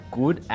good